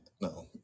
No